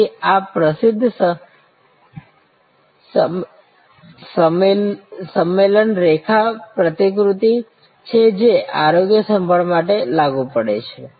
તેથી આ પ્રસિદ્ધ સમેલન રેખા પ્રતિકૃતિ છે જે આરોગ્ય સંભાળ માટે લાગુ પડે છે